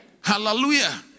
Hallelujah